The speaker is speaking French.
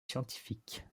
scientifiques